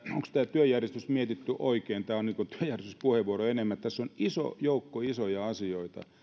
työjärjestys mietitty oikein tämä on niin kuin työjärjestyspuheenvuoro enemmän tässä on iso joukko isoja asioita mutta